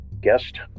guest